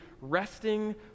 resting